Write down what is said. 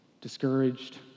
discouraged